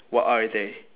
what are they